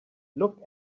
look